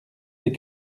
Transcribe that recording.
des